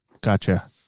Gotcha